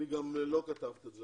גם לא כתבת את זה,